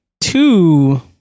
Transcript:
two